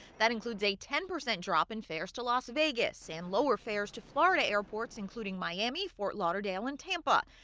that includes a ten percent drop in fares to las vegas, and lower fares to florida airports including miami, fort lauderdale and tampa.